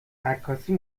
عکاسی